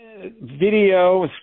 video